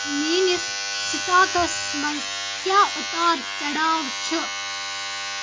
میٛٲنِس سٕٹاکَس منٛز کیٛاہ اُتار چڑاو چھُ